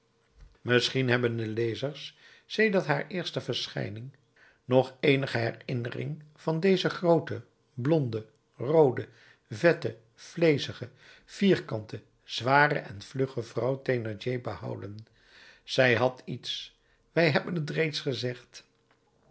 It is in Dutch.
misschien hebben de lezers sedert haar eerste verschijning nog eenige herinnering van deze groote blonde roode vette vleezige vierkante zware en vlugge vrouw thénardier behouden zij had iets wij hebben t reeds gezegd